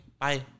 bye